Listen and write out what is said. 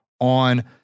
on